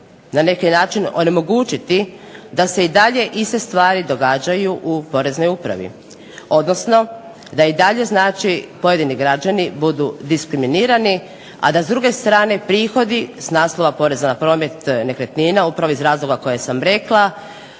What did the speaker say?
na neki način onemogućiti da se i dalje iste stvari događaju u poreznoj upravi, odnosno da i dalje znači pojedini građani budu diskriminirani, a da s druge strane prihodi s naslova poreza na promet nekretnina upravo iz razloga koje sam rekla